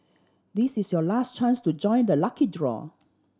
this is your last chance to join the lucky draw